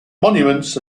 monuments